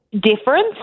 difference